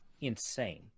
Insane